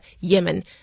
Yemen